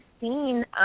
seen –